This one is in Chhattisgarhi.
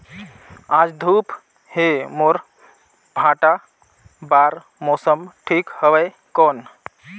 आज धूप हे मोर भांटा बार मौसम ठीक हवय कौन?